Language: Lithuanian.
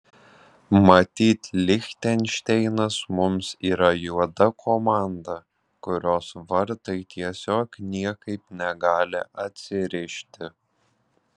matyt lichtenšteinas mums yra juoda komanda kurios vartai tiesiog niekaip negali atsirišti